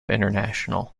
international